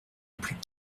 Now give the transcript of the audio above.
plus